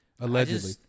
Allegedly